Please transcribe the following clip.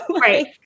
Right